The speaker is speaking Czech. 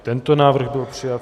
I tento návrh byl přijat.